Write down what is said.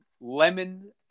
lemon